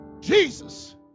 Jesus